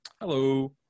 Hello